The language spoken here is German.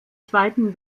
zweiten